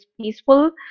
peaceful